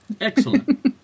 Excellent